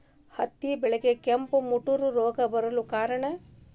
ಹತ್ತಿ ಬೆಳೆಗೆ ಕೆಂಪು ಮುಟೂರು ರೋಗ ಬರಲು ಕಾರಣ?